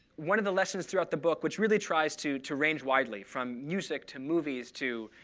one of the lessons throughout the book, which really tries to to range widely from music to movies to